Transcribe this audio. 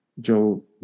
Joe